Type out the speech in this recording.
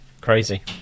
crazy